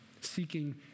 seeking